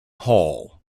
hall